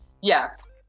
Yes